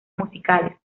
musicales